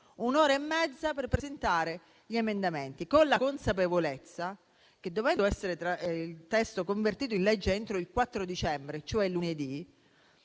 un'ora e mezza per presentare gli emendamenti, con la consapevolezza che, dovendo il testo essere convertito in legge entro il 4 dicembre, cioè il